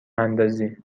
اندازی